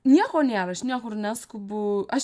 nieko nėra aš niekur neskubu aš